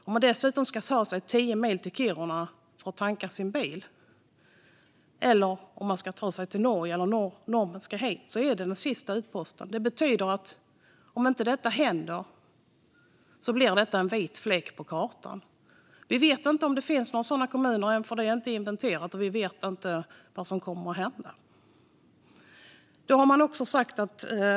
Om man dessutom ska ta sig tio mil till Kiruna för att tanka sin bil - eller om man ska ta sig till Norge, eller om norrmän ska hit - är detta den sista utposten. Om inte detta händer blir det här en vit fläck på kartan. Vi vet ännu inte om det finns några sådana kommuner, för det är inte inventerat. Vi vet inte vad som kommer att hända.